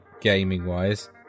gaming-wise